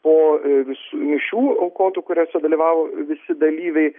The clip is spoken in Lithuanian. po vis mišių aukotų kuriuose dalyvavo visi dalyviai